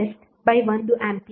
610